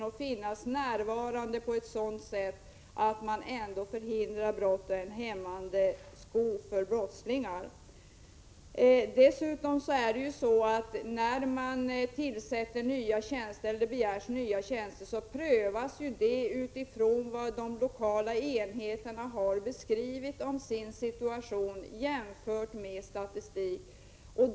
Personal finns inte närvarande i sådan utsträckning att brott verkligen förhindras. När det begärs nya tjänster sker ju också prövningen med utgångspunkt i de lokala enheternas beskrivning av situationen, varvid det görs en jämförelse med statistiken.